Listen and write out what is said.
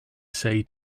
say